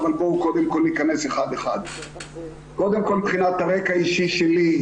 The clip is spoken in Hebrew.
קודם כל היה צריך להדגיש את האוכלוסיות האלה.